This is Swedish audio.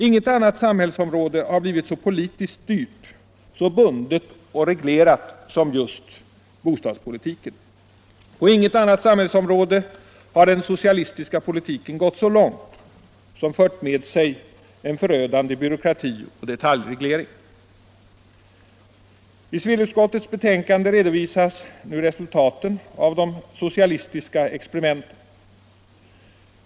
Inget annat samhällsområde har blivit så politiskt styrt, så bundet och reglerat som just bostadspolitiken. På inget annat samhällsområde har den socialistiska politiken gått så långt, fört med sig en så förödande byråkrati och detaljreglering. I civilutskottets betänkande nr 7 redovisas nu resultaten av de socialistiska experimenten.